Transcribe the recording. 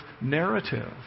narrative